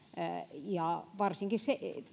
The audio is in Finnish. ja varsinkin